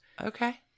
Okay